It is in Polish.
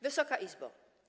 Wysoka Izbo!